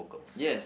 yes